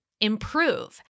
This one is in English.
improve